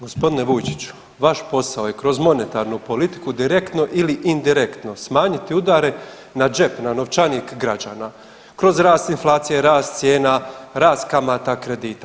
Gospodine Vujčiću, vaš posao je kroz monetarnu politiku direktno ili indirektno smanjite udare na džep na novčanik građana kroz rast inflacije, rast cijena, rast kamata, kredita.